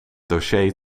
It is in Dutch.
dossier